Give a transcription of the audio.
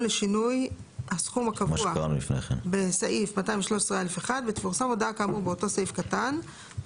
לשינוי הסכום הקבוע בסעיף 213(א1) ותפורסם הודעה כאמור באותו סעיף קטן,